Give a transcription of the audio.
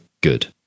good